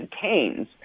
contains